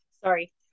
sorry